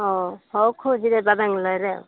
ହଉ ହଉ ଖୋଜିଦେବା ବାଙ୍ଗଲୋରରେ ଆଉ